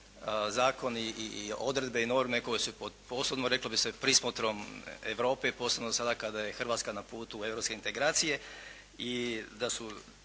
zakon i odredbe i norme koje su pod posebnom reklo bi se prismotrom Europe, posebno sada kada je Hrvatska na putu europske integracije. I da su